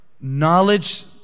knowledge